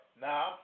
Now